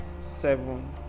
seven